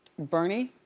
bernie,